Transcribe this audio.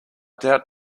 doubt